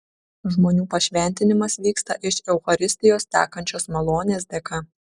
žmonių pašventinimas vyksta iš eucharistijos tekančios malonės dėka